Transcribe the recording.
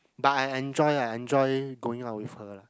but I enjoy I enjoy going out with her lah